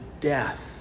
death